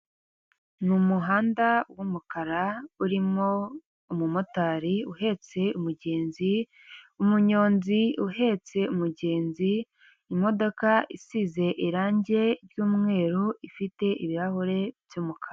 Numuhanda wumukara urimo umumotari uhetse umugenzi, umunyonzi uhetse umugenzi, imodoka isize irangi ryumweru ifite ibirahure byumukara.